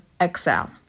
Excel